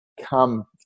come